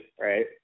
right